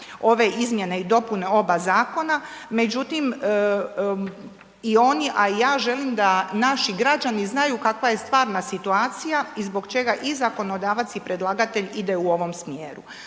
ove izmjene i dopune oba zakona, međutim i oni, a i ja želim da naši građani znaju kakva je stvarna situacija i zbog čega i zakonodavac i predlagatelj ide u ovom smjeru.